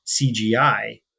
cgi